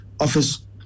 office